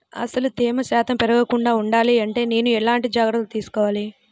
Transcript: అసలు తేమ శాతం పెరగకుండా వుండాలి అంటే నేను ఎలాంటి జాగ్రత్తలు తీసుకోవాలి?